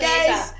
Guys